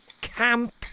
camp